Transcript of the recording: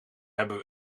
hebben